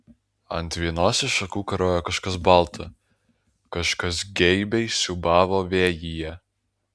ant vienos iš šakų karojo kažkas balta kažkas geibiai siūbavo vėjyje